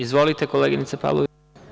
Izvolite koleginice Pavlović.